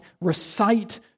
recite